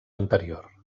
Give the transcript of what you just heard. anterior